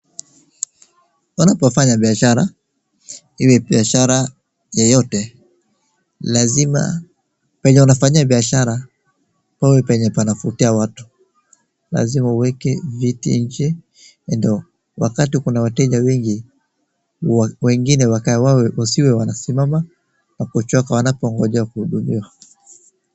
Unapofanya biashara iwe biashara yoyote lazima penye unafanya biashara pawe penye panavutia watu. Lazima uweke viti nje ndio wakati kuna wateja wengi wengine wakakae wawe wasiwe wanasimama na kuchoka wanapongoja kuhudumiwa.